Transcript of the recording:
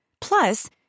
Plus